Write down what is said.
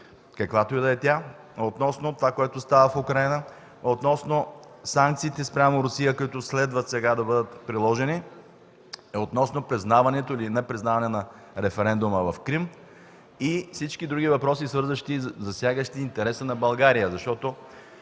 каквато и да е тя, относно това, което става в Украйна, относно санкциите спрямо Русия, които следва да бъдат приложени сега и относно признаване или непризнаване на референдума в Крим и всички други въпроси, засягащи интереса на България, защото